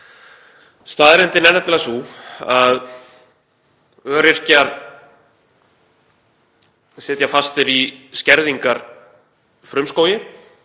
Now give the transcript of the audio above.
Staðreyndin er nefnilega sú að öryrkjar sitja fastir í skerðingarfrumskógi.